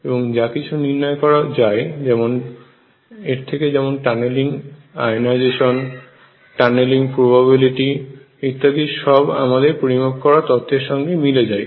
এবং যা কিছু নির্ণয় করা যায় এর থেকে যেমন টানেলিং আয়োনাইজেশন টানেলিং প্রবাবিলিটি ইত্যাদি সব আমাদের পরিমাপ করা তথ্যের সঙ্গে মিলে যায়